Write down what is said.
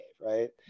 right